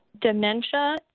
Dementia